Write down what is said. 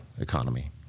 economy